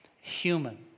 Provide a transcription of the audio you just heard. human